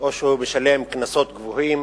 או שהוא משלם קנסות גבוהים